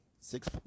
six